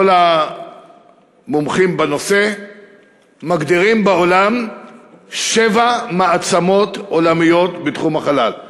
כל המומחים בנושא מגדירים בעולם שבע מעצמות עולמיות בתחום החלל.